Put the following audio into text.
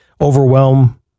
overwhelm